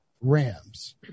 Rams